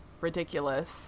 ridiculous